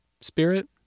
spirit